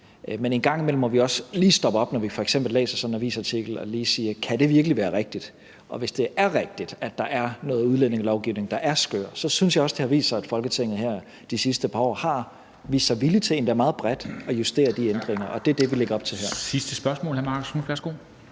Men en gang imellem må vi også lige stoppe op, når vi f.eks. læser sådan en avisartikel, og lige sige: Kan det virkelig være rigtigt? Og hvis det er rigtigt, at der er noget udlændingelovgivning, der er skør, synes jeg også, det har vist sig, at Folketinget her de sidste par år har vist sig villige til endda meget bredt at justere de ændringer, og det er det, vi lægger op til her. Kl. 13:28 Formanden (Henrik